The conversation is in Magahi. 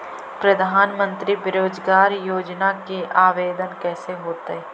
प्रधानमंत्री बेरोजगार योजना के आवेदन कैसे होतै?